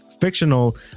fictional